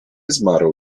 zmarł